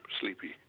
sleepy